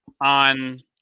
on